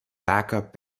backup